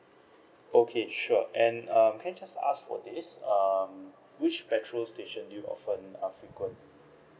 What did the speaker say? okay sure and um can I just ask for this um which petrol station do you often uh frequent